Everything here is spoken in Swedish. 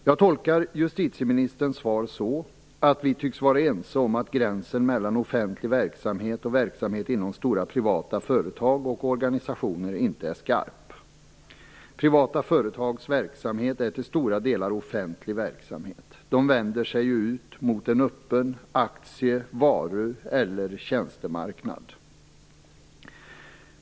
Jag tolkar justitieministerns svar så, att vi tycks vara ense om att gränsen mellan offentlig verksamhet och verksamhet inom stora privata företag och organisationer inte är skarp. Privata företags verksamhet är till stora delar offentlig verksamhet. De vänder sig ut mot en öppen aktie-, varu eller tjänstemarknad.